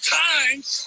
times